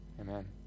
amen